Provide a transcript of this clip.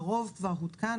הרוב כבר הותקן,